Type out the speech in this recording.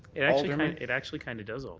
it actually i mean it actually kind of does. ah